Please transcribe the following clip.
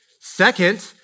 Second